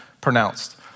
pronounced